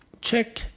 Check